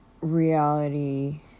reality